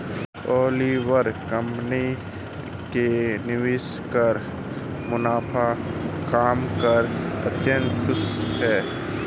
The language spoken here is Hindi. ओलिवर कंपनी के निवेशक मुनाफा कमाकर अत्यंत खुश हैं